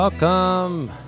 Welcome